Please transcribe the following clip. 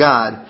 God